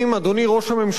אדוני ראש הממשלה,